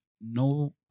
no